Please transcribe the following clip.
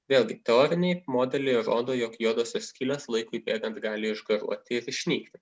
vėlgi teoriniai modeliai rodo jog juodosios skylės laikui bėgant gali išgaruoti ir išnykti